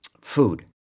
food